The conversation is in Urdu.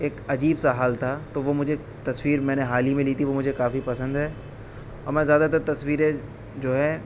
ایک عجیب سا حال تھا تو وہ مجھے تصویر میں نے حال ہی میں لی تھی وہ مجھے کافی پسند ہے اور میں زیادہ تر تصویریں جو ہے